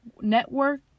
network